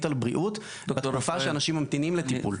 על בריאות בתקופה שאנשים ממתינים לטיפול.